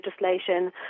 legislation